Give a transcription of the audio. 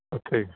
ਓਥੇ